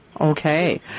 okay